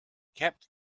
kept